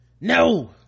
No